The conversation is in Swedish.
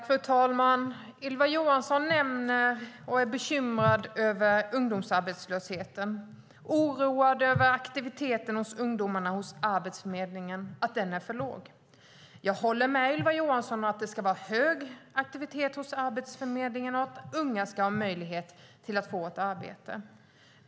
Fru talman! Ylva Johansson är bekymrad över ungdomsarbetslösheten och oroad över att aktiviteten bland ungdomarna hos Arbetsförmedlingen är för låg. Jag håller med Ylva Johansson om att det ska vara hög aktivitet hos Arbetsförmedlingen och att unga ska ha möjlighet att få ett arbete.